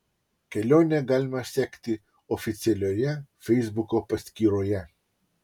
kelionę galima sekti oficialioje feisbuko paskyroje